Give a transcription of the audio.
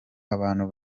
abantu